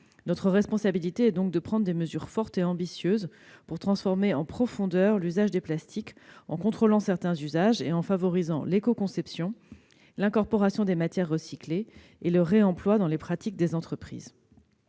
Notre responsabilité est donc de prendre des mesures fortes et ambitieuses pour transformer en profondeur l'usage des plastiques, en contrôlant certains usages et en favorisant l'écoconception, l'incorporation des matières recyclées et le réemploi dans les pratiques des entreprises.